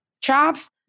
chops